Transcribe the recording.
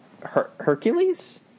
Hercules